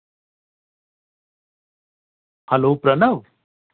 hello Pranav